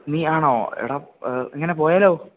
നീയാണോ എടാ ഇങ്ങനെപോയാലോ